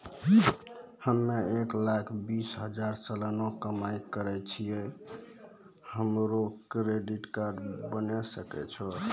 हम्मय एक लाख बीस हजार सलाना कमाई करे छियै, हमरो क्रेडिट कार्ड बने सकय छै?